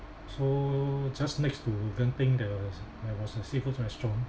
so just next to genting there was there was a seafood restaurant